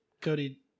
Cody